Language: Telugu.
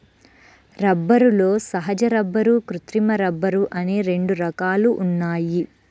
రబ్బరులో సహజ రబ్బరు, కృత్రిమ రబ్బరు అని రెండు రకాలు ఉన్నాయి